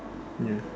ya